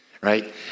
right